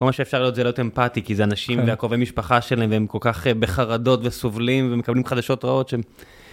כל מה שאפשר להיות זה להיות אמפתי, כי זה אנשים והקרובי המשפחה שלהם והם כל כך בחרדות וסובלים ומקבלים חדשות רעות שהם...